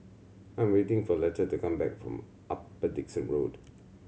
I am waiting for Leta to come back from Upper Dickson Road